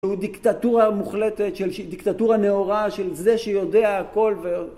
הוא דיקטטורה מוחלטת של דיקטטורה נאורה של זה שיודע הכל